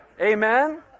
Amen